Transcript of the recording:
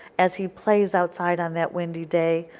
as he plays outside on that windy day,